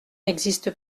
n’existe